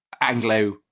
anglo